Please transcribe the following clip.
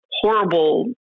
horrible